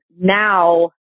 now